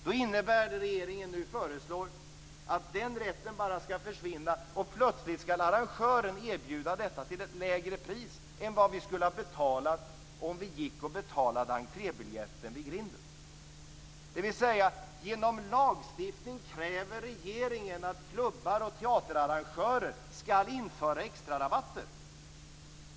Då innebär det regeringen nu föreslår att den rätten bara skall försvinna, och plötsligt skall arrangören erbjuda detta till ett lägre pris än vad vi skulle ha betalat om vi gick och betalade entrébiljetten vid grinden. Genom lagstiftning kräver regeringen alltså att klubbar och teaterarrangörer skall införa extrarabatter.